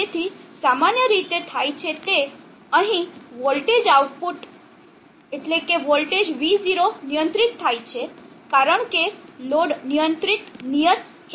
તેથી સામાન્ય રીતે થાય છે તે અહીં વોલ્ટેજ આઉટપુટ વોલ્ટેજ V0 નિયંત્રિત થાય છે કારણ કે લોડ નિયંત્રિત નિયત ચોક્કસ વોલ્ટેજની માંગ કરે છે